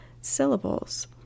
syllables